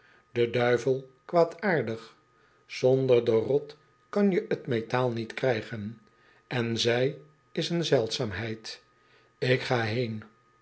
de duivel kwaadaardig zonder de rot kan je t metaal niet krijgen en zij is een zeldzaamheid ik ga heen